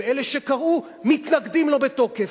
ואלה שקראו מתנגדים לו בתוקף.